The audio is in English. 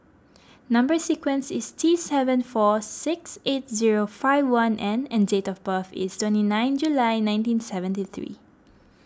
Number Sequence is T seven four six eight zero five one N and date of birth is twenty nine July nineteen seventy three